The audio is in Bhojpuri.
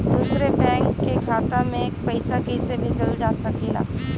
दूसरे बैंक के खाता में पइसा कइसे भेजल जा सके ला?